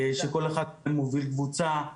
שכל אחד מהם מוביל קבוצה.